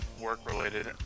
work-related